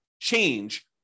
change